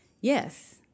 yes